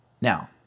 Now